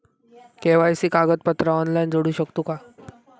KYC कागदपत्रा online जोडू शकतू का?